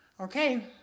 Okay